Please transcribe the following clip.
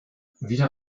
wieder